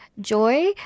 joy